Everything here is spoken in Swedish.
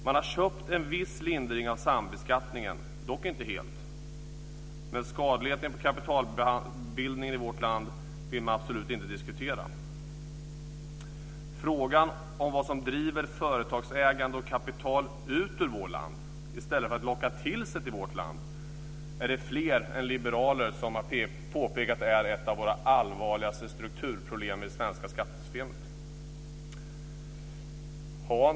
Man har köpt en viss lindring av sambeskattningen, dock inte helt. Men skadligheten för kapitalbildningen i vårt land vill man absolut inte diskutera. Frågan om vad som driver företagsägande och kapital ut ur vårt land i stället för att locka det till vårt land är, vilket fler än liberaler har påpekat, ett av våra allvarligaste strukturproblem i det svenska skattesystemet.